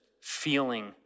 feeling